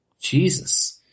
Jesus